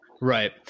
Right